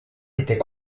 était